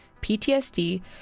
PTSD